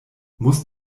muss